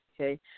Okay